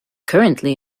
currently